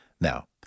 Now